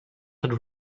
had